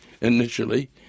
initially